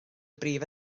prif